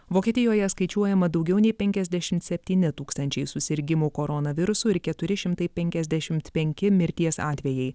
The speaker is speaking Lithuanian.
vokietijoje skaičiuojama daugiau nei penkiasdešimt septyni tūkstančiai susirgimų koronavirusu ir keturi šimtai penkiasdešimt penki mirties atvejai